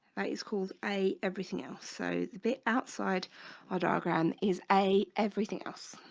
is called a everything else so the bit outside our diagram is a everything else